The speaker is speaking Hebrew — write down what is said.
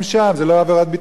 זה לא עבירת ביטחון.